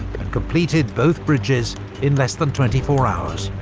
and completed both bridges in less than twenty four hours.